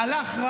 הוא הלך,